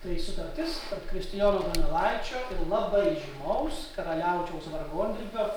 tai sutartis tarp kristijono donelaičio ir labai žymaus karaliaučiaus vargondirbio